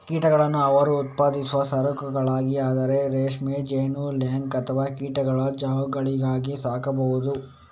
ಕೀಟಗಳನ್ನು ಅವರು ಉತ್ಪಾದಿಸುವ ಸರಕುಗಳಿಗಾಗಿ ಅಂದರೆ ರೇಷ್ಮೆ, ಜೇನು, ಲ್ಯಾಕ್ ಅಥವಾ ಕೀಟಗಳ ಚಹಾಗಳಿಗಾಗಿ ಸಾಕಬಹುದು